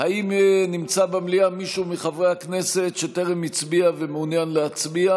האם נמצא במליאה מישהו מחברי הכנסת שטרם הצביע ומעוניין להצביע?